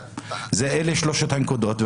אלה שלוש הנקודות,